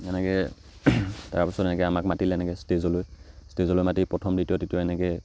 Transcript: এনেকৈ তাৰপাছত এনেকৈ আমাক মাতিলে এনেকৈ ষ্টেজলৈ ষ্টেজলৈ মাতি প্ৰথম দ্বিতীয় তৃতীয় এনেকৈ